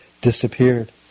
disappeared